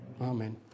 Amen